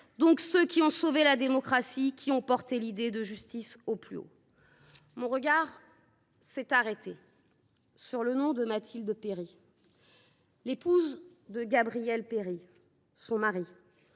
ceux qui ont sauvé la démocratie, qui ont porté l’idée de justice au plus haut. Mon regard s’est arrêté sur le nom de Mathilde Péri, épouse de Gabriel Péri, journaliste